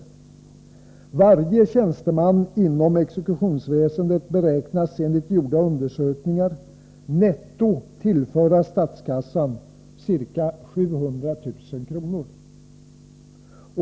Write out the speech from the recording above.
Varje tjänsteman inom exekutionsväsendet beräknas enligt gjorda undersökningar netto tillföra statskassan ca 700 000 kr.